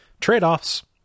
trade-offs